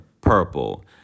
Purple